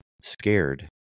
scared